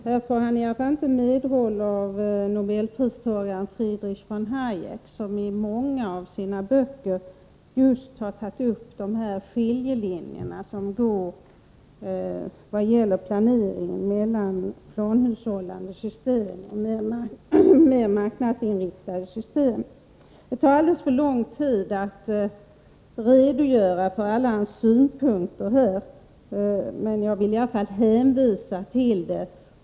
Här får civilministern i alla fall inte medhåll av nobelpristagaren Friedrich von Hayek, som när det gäller planering i många av sina böcker har tagit upp just skiljelinjerna mellan planhushållningssystem och mer marknadsinriktade system. Det tar alldeles för lång tid att redogöra för alla hans synpunkter, men jag vill i alla fall hänvisa till dem.